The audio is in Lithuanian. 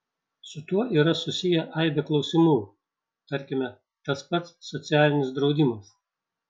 su tuo yra susiję aibė klausimų tarkime tas pats socialinis draudimas